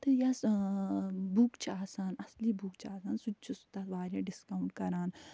تہٕ یۄس بُک چھِ آسان اَصلی بُک چھِ آسان سُہ تہِ چھُ سُہ تتھ وارِیاہ ڈِسکاوُنٛٹ کَران